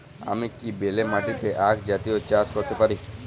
আমি কি বেলে মাটিতে আক জাতীয় চাষ করতে পারি?